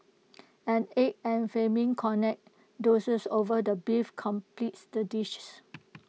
an egg and flaming cognac doused over the beef completes the dishes